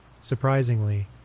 Surprisingly